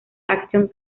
action